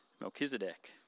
Melchizedek